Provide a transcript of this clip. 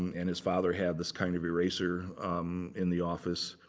and his father had this kind of eraser in the office.